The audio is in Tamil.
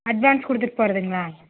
அட்வான்ஸ் கொடுத்துட்டு போகிறதுங்களா